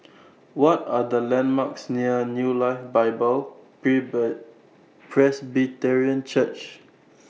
What Are The landmarks near New Life Bible Presbyterian Church